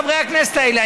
חברי הכנסת האלה,